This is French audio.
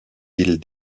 îles